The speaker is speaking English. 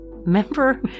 Remember